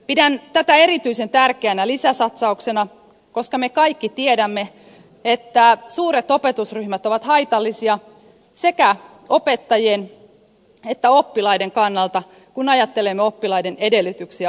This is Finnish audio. pidän tätä erityisen tärkeänä lisäsatsauksena koska me kaikki tiedämme että suuret opetusryhmät ovat haitallisia sekä opettajien että oppilaiden kannalta kun ajattelemme oppilaiden edellytyksiä oppia